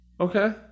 Okay